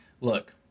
Look